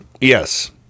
Yes